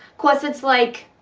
cause it's like,